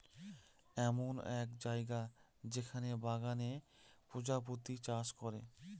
এমন এক জায়গা যেখানে বাগানে প্রজাপতি চাষ করে